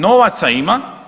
Novaca ima.